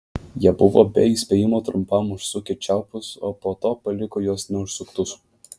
jie buvo be įspėjimo trumpam užsukę čiaupus po to paliko juos neužsuktus